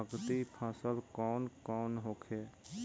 नकदी फसल कौन कौनहोखे?